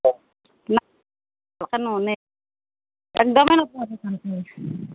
কথা নুশুনে